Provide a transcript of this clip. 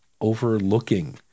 overlooking